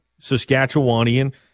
Saskatchewanian